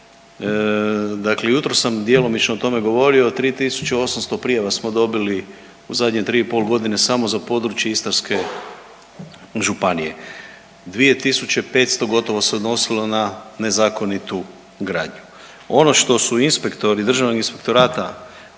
dakle jutros sam djelomično o tome govorio 3800 prijava smo dobili u zadnje tri i pol godine samo za područje Istarske županije. 2500 gotovo se odnosilo na nezakonitu gradnju. Ono što su inspektori Državnog inspektorata